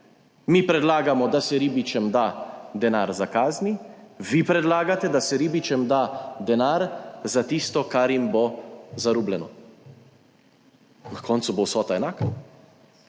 Mi predlagamo, da se ribičem da denar za kazni, vi predlagate, da se ribičem da denar za tisto, kar jim bo zarubljeno. Na koncu bo vsota enaka.